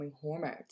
hormones